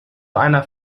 einer